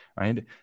right